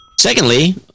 Secondly